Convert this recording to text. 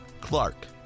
Clark